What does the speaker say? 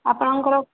ଆପଣଙ୍କର